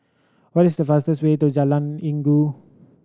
what is the fastest way to Jalan Inggu